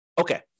Okay